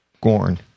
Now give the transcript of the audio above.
Gorn